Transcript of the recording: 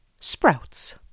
Sprouts